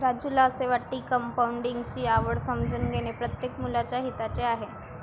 राजूला असे वाटते की कंपाऊंडिंग ची आवड समजून घेणे प्रत्येक मुलाच्या हिताचे आहे